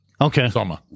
Okay